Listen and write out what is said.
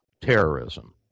terrorism